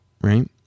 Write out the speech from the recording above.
right